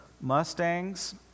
Mustangs